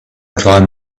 climbed